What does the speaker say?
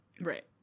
Right